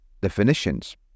definitions